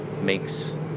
makes